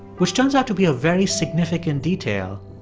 which turns out to be a very significant detail,